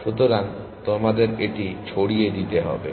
সুতরাং তোমাদের এটি ছড়িয়ে দিতে হবে